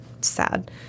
sad